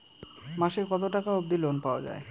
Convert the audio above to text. মাসে কত টাকা অবধি লোন পাওয়া য়ায়?